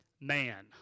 man